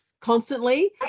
constantly